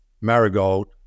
marigold